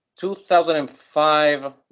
2005